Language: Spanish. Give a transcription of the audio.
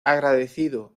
agradecido